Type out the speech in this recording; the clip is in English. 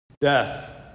death